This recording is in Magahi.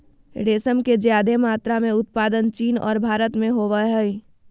रेशम के ज्यादे मात्रा में उत्पादन चीन और भारत में होबय हइ